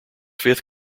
fifth